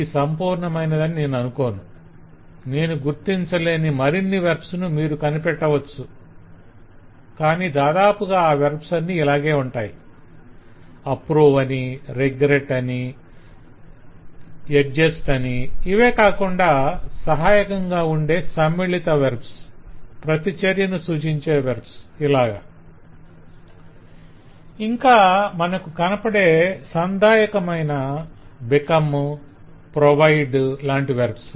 ఇది సంపూర్ణమైనదని నేను అనుకోను నేను గుర్తించలేని మరిన్ని వెర్బ్స్ ను మీరు కనిపెట్టవచ్చు కాని దాదాపుగా ఆ వెర్బ్స్ అన్నీ ఇలాగే ఉంటాయి - 'approve' అని 'regret' అని 'adjust' అని ఇవే కాకుండా సహాయకంగా ఉండే సమ్మిళిత వెర్బ్స్ ప్రతిచర్యను సూచించే వెర్బ్స్ ఇంకా మనకు కనపడే సంధాయకమైన 'become' 'provide' లాంటి వెర్బ్స్